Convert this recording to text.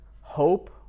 hope